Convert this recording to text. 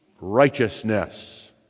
righteousness